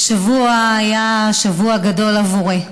השבוע היה שבוע גדול עבורי.